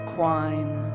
Quine